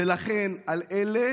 על אלה